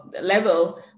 level